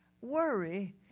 Worry